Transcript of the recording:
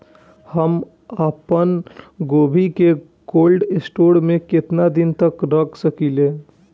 हम आपनगोभि के कोल्ड स्टोरेजऽ में केतना दिन तक रख सकिले?